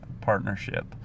partnership